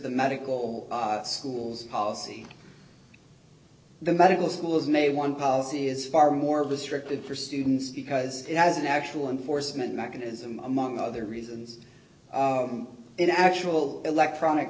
the medical schools policy the medical schools may one policy is far more of a strictly for students because it has an actual enforcement mechanism among other reasons in actual electronic